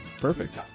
Perfect